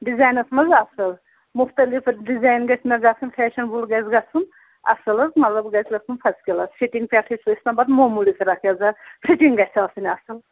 ڈِزاینَس منٛز اَصٕل مُختلِف ڈِزایِن گٔژھۍ مےٚ گژھُن فیشنبٕل گژھِ گژھُن اَصٕل حظ مطلب گژھِ گژھُن فٔس کٕلاس فِٹنٛگ پٮ۪ٹھٕے سُہ ٲسۍتَن پتہٕ موموٗلی فِراک یَزار فِٹنٛگ گژھِ آسٕنۍ اَصٕل